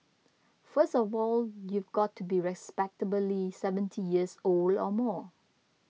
first of all you've got to be respectably seventy years old or more